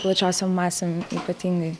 plačiosiom masėm ypatingai